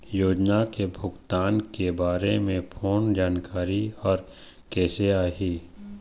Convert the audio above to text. योजना के भुगतान के बारे मे फोन जानकारी हर कइसे आही?